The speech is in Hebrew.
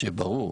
שיהיה ברור.